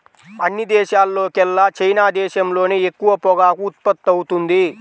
అన్ని దేశాల్లోకెల్లా చైనా దేశంలోనే ఎక్కువ పొగాకు ఉత్పత్తవుతుంది